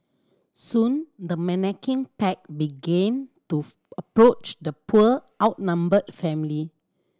soon the menacing pack began to approach the poor outnumbered family